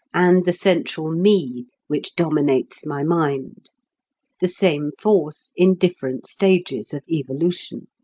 and the central me which dominates my mind the same force in different stages of evolution.